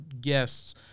guests